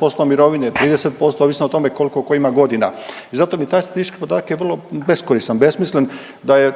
60% mirovine, 30% ovisno o tome koliko ko ima godina i zato je taj statistički podatke vrlo beskoristan besmislen da je